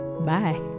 Bye